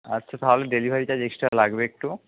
আচ্ছা তাহলে delivery charge extra লাগবে একটু